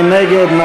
מי נגד?